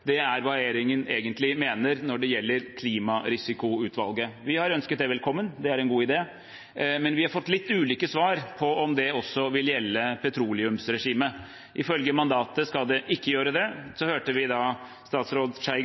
i, er hva regjeringen egentlig mener når det gjelder klimarisikoutvalget. Vi har ønsket det velkommen, det er en god idé. Men vi har fått litt ulike svar på om det også vil gjelde petroleumsregimet. Ifølge mandatet skal det ikke gjøre det. Så hørte vi statsråd Skei